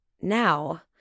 Now